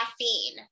caffeine